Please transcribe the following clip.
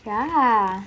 ya